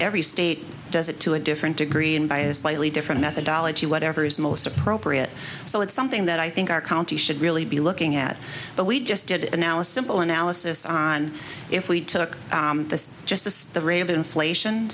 every state does it to a different degree and by a slightly different methodology whatever is most appropriate so it's something that i think our county should really be looking at but we just did and now a simple analysis on if we took just as the rate of inflation